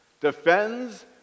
defends